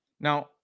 Now